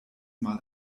mal